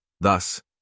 Thus